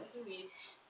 second wish